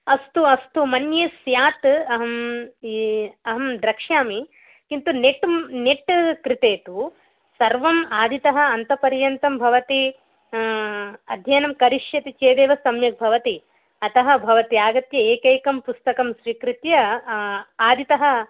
अस्तु अस्तु मन्ये स्यात् अहं ये अहं द्रक्ष्यामि किन्तु नेट् नेट् कृते तु सर्वम् आदितः अन्तपर्यन्तं भवति अध्ययनं करिष्यति चेदेव सम्यक् भवति अतः भवती आगत्य एकैकं पुस्तकं स्वीकृत्य आदितः